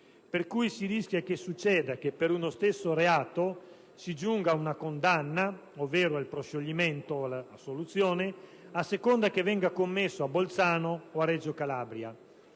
per cui si rischia che per uno stesso reato si giunga ad una condanna, ovvero al proscioglimento o alla assoluzione, a seconda che venga commesso a Bolzano o a Reggio Calabria.